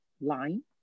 line